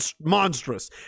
monstrous